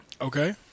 Okay